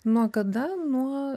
nuo kada nuo